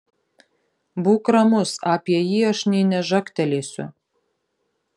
būk ramus apie jį aš nė nežagtelėsiu